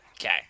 Okay